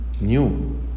new